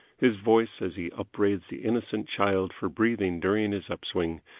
his voice, as he upbraids the innocent child for breathing during his up-swing,